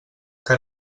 que